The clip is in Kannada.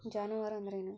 ಜಾನುವಾರು ಅಂದ್ರೇನು?